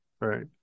right